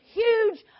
huge